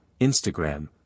Instagram